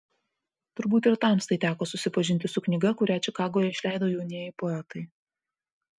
turbūt ir tamstai teko susipažinti su knyga kurią čikagoje išleido jaunieji poetai